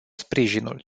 sprijinul